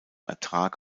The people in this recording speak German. ertrag